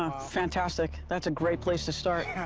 ah fantastic. that's a great place to start. yeah.